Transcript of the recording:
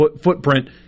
footprint